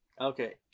okay